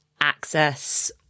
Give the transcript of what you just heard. access